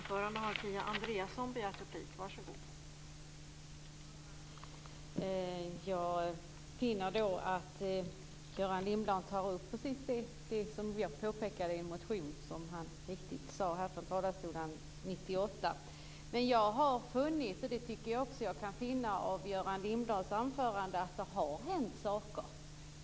Fru talman! Jag finner att Göran Lindblad tar upp precis detsamma som vi påpekade i en motion, vilket han så riktigt sade i talarstolen, från 1998. Men jag har funnit, och det tycker jag också att jag kan finna i Göran Lindblads anförande, att det har hänt saker.